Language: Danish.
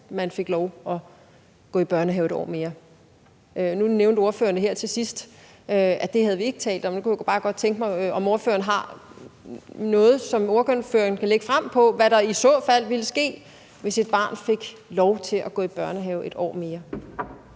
man fik lov til at gå i børnehave 1 år mere. Nu nævnte ordføreren her til sidst, at det havde vi ikke talt om, men så kunne jeg bare godt tænke mig at høre, om ordføreren har noget, som ordføreren kan lægge frem, om, hvad der i så fald ville ske, hvis et barn fik lov til at gå i børnehave 1 år mere.